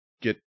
Get